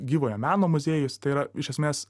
gyvojo meno muziejus tai yra iš esmės